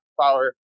Power